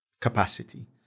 capacity